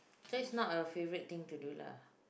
so it's not a favourite thing to do lah